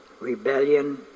rebellion